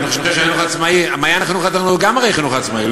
אני חושב ש"מעיין החינוך התורני" הוא גם חינוך עצמאי,